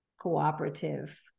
cooperative